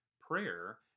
prayer